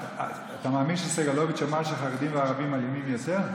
אתה מאמין שסגלוביץ' אמר שהחרדים והערבים אלימים יותר?